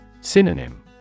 Synonym